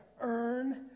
earn